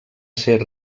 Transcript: ser